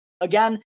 Again